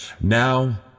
Now